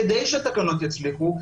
כדי שהתקנות יצליחו,